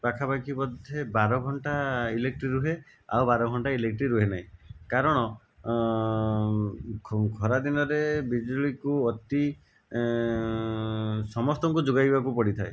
ପାଖାପାଖି ବୋଧେ ବାର ଘଣ୍ଟା ଇଲେକ୍ଟ୍ରି ରୁହେ ଆଉ ବାର ଘଣ୍ଟା ଇଲେକ୍ଟ୍ରି ରୁହେ ନାହିଁ କାରଣ ଖରାଦିନରେ ବିଜୁଳିକୁ ଅତି ସମସ୍ତଙ୍କୁ ଯୋଗାଇବାକୁ ପଡ଼ିଥାଏ